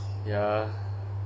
ya